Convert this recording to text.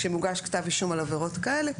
כשמוגש כתב אישום על עבירות כאלה,